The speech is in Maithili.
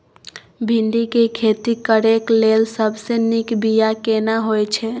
भिंडी के खेती करेक लैल सबसे नीक बिया केना होय छै?